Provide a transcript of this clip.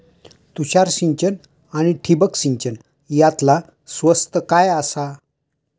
तुषार सिंचन आनी ठिबक सिंचन यातला स्वस्त काय आसा?